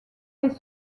les